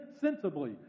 sensibly